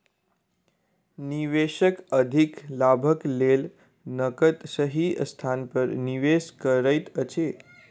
निवेशक अधिक लाभक लेल नकद सही स्थान पर निवेश करैत अछि